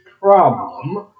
problem